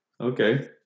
Okay